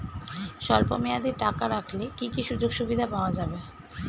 স্বল্পমেয়াদী টাকা রাখলে কি কি সুযোগ সুবিধা পাওয়া যাবে?